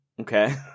Okay